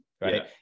right